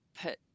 put